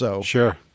Sure